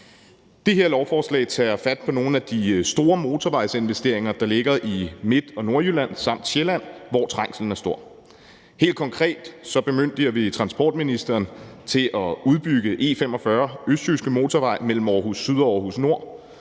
Det her lovforslag tager fat på nogle af de store motorvejsinvesteringer, der ligger i Midtjylland og Nordjylland samt på Sjælland, hvor trængslen er stor. Helt konkret bemyndiger vi transportministeren til at udbygge E45 Østjyske Motorvej mellem Aarhus Syd og Aarhus Nord,